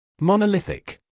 Monolithic